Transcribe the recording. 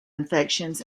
infections